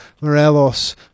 Morelos